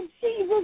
Jesus